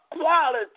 quality